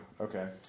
Okay